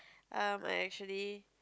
um I actually